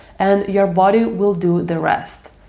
and your body will do the rest.